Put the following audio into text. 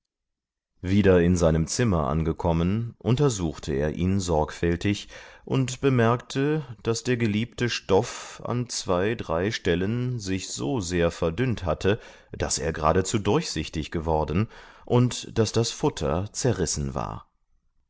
wieder in seinem zimmer angekommen untersuchte er ihn sorgfältig und bemerkte daß der geliebte stoff an zwei drei stellen sich so sehr verdünnt hatte daß er geradezu durchsichtig geworden und daß das futter zerrissen war